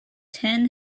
ten